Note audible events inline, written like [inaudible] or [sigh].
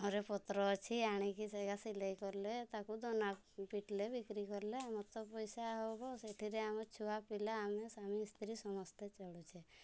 ଘରେ ପତ୍ର ଅଛି ଆଣି କି ସେଇକା ସିଲେଇ କଲେ ତାକୁ ଦନା [unintelligible] ବିକ୍ରି କଲେ ଆମର ସବୁ ପଇସା ହବ ସେଥିରେ ଆମ ଛୁଆ ପିଲା ଆମେ ସ୍ୱାମୀ ସ୍ତ୍ରୀ ସମସ୍ତେ ଚଳୁଛେ